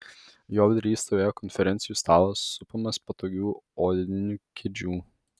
jo vidury stovėjo konferencijų stalas supamas patogių odinių kėdžių